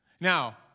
Now